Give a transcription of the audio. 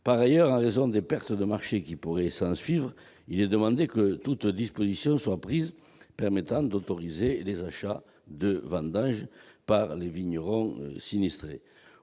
Par ailleurs, en raison des pertes de marchés qui pourraient s'ensuivre, il est demandé que soient prises toutes dispositions permettant d'autoriser des achats de vendanges par les vignerons sinistrés.